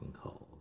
calls